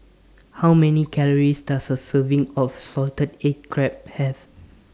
How Many Calories Does A Serving of Salted Egg Crab Have